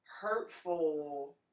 hurtful